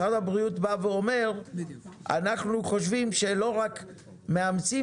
משרד הבריאות בא ואומר שאנחנו חושבים שלא רק מאמצים